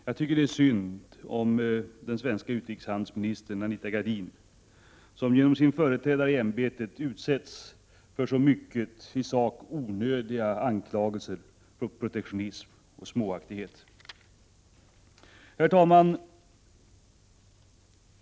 Jag tycker synd om den svenska utrikeshandelsministern Anita Gradin som genom sin företrädare i ämbetet utsätts för så många i sak onödiga anklagelser för protektionism och småaktighet. Herr talman!